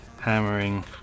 hammering